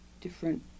different